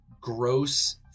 gross